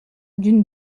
d’une